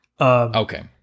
Okay